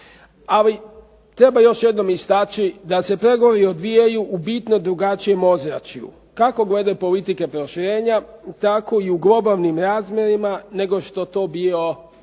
Ali, treba još jednom istaknuti da se pregovori odvijaju u bitno drugačijem ozračju. Kako glede politike proširenja tako i u globalnim razmjerima nego što je to bio